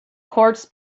courts